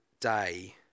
day